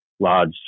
large